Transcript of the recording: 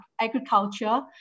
agriculture